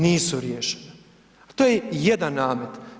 Nisu riješene, a to je jedan namet.